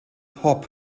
hop